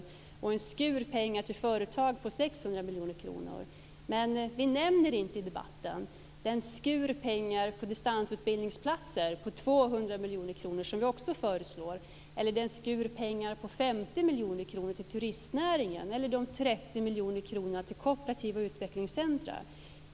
Vi pratar om en skur pengar till företag på 600 miljoner kronor. Men ni nämner inte i debatten den skur pengar till distansutbildningsplatser på 200 miljoner kronor som vi också föreslår, den skur pengar på 50 miljoner kronor till turistnäringen eller de 30 miljoner kronorna till kooperativa utvecklingscentrum.